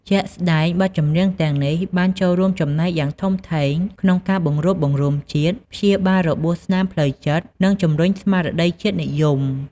ជាក់ស្ដែង បទចម្រៀងទាំងនេះបានចូលរួមចំណែកយ៉ាងធំធេងក្នុងការ បង្រួបបង្រួមជាតិ ព្យាបាលរបួសស្នាមផ្លូវចិត្ត និងជំរុញស្មារតីជាតិនិយម។